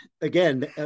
again